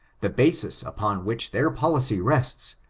the basis upon which their policy rests,